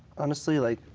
honestly, like